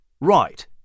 Right